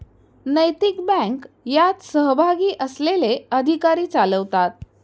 नैतिक बँक यात सहभागी असलेले अधिकारी चालवतात